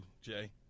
Jay